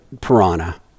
piranha